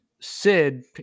Sid